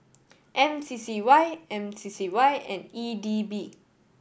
M C C Y M C C Y and E D B